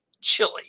Chili